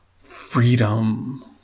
freedom